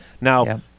Now